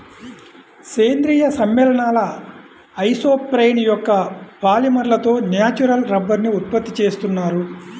సేంద్రీయ సమ్మేళనాల ఐసోప్రేన్ యొక్క పాలిమర్లతో న్యాచురల్ రబ్బరుని ఉత్పత్తి చేస్తున్నారు